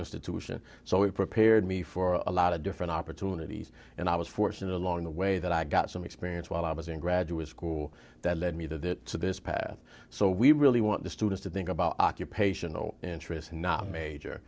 institution so we prepared me for a lot of different opportunities and i was fortunate along the way that i got some experience while i was in graduate school that led me to this path so we really want the students to think about occupation or interest and not major